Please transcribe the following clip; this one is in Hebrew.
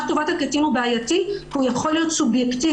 "טובת הקטין" הוא בעייתי כי הוא יכול להיות סובייקטיבי.